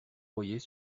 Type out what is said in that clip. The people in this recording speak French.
voyait